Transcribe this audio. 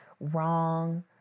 wrong